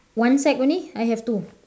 one sack only I have two